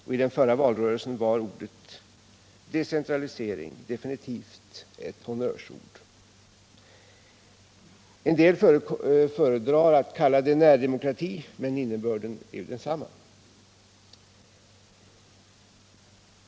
Och i den förra valrörelsen var ordet ”decentralisering” definitivt ett honnörsord. En del föredrar att kalla det närdemokrati, men innebörden är ju densamma.